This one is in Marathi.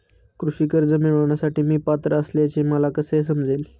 कृषी कर्ज मिळविण्यासाठी मी पात्र असल्याचे मला कसे समजेल?